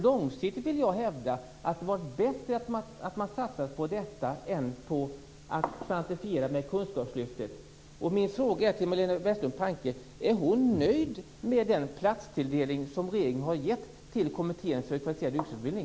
Långsiktigt vore det bättre att man satsade på kvalificerad yrkesutbildning än på det kvantifierade kunskapslyftet. Min fråga är då: Är Majléne Westerlund Panke nöjd med den platstilldelning som regeringen har gett till Kommittén för kvalificerad yrkesutbildning?